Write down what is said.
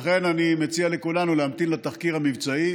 לכן אני מציע לכולנו להמתין לתחקיר המבצעי